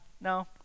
No